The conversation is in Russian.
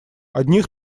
одних